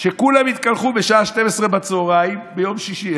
שבה כולם התקלחו בשעה 12:00 ביום שישי,